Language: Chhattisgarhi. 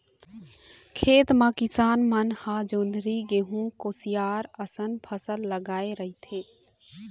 खेत म किसान मन ह जोंधरी, गहूँ, कुसियार असन फसल लगाए रहिथे